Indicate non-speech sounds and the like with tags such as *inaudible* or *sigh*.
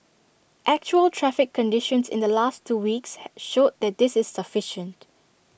actual traffic conditions in the last two weeks *noise* showed that this is sufficient